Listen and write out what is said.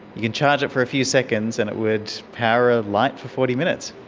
you can charge it for a few seconds and it would power a light for forty minutes.